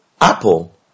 Apple